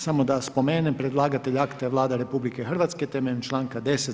Samo da spomenem, predlagatelj akta je Vlada RH temeljem članka 10.